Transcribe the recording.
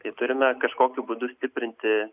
tai turime kažkokiu būdu stiprinti